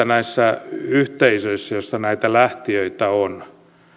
näissä yhteisöissä joissa näitä lähtijöitä on